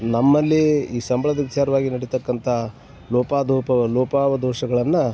ನಮ್ಮಲ್ಲಿ ಈ ಸಂಬಳದ ವಿಚಾರವಾಗಿ ನಡಿತಕ್ಕಂಥ ಲೋಪದೋಷ ಲೋಪ ದೋಷಗಳನ್ನು